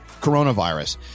coronavirus